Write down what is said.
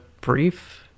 brief